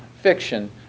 fiction